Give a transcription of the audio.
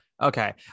Okay